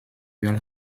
real